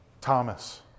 Thomas